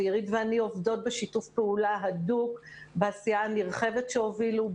ואירית ואני עובדות בשיתוף פעולה הדוק בעשייה הנרחבת שהובילו,